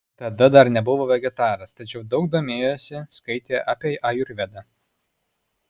tada dar nebuvo vegetaras tačiau daug domėjosi skaitė apie ajurvedą